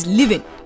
living